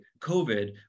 COVID